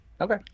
Okay